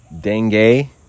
dengue